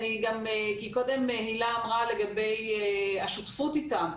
קודם הילה דיברה לגבי השותפות איתם,